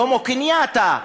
ג'ומו קניאטה,